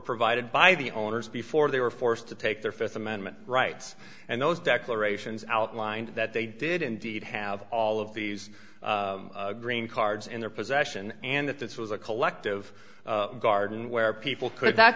provided by the owners before they were forced to take their fifth amendment rights and those declarations outlined that they did indeed have all of these green cards in their possession and that this was a collective garden where people could that